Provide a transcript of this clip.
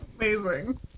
Amazing